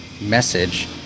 message